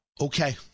Okay